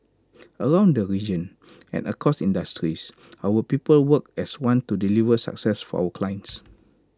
around the region and across industries our people work as one to deliver success for our clients